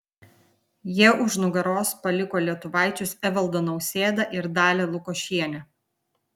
jie už nugaros paliko lietuvaičius evaldą nausėdą ir dalią lukošienę